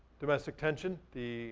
domestic tension, the